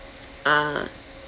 ah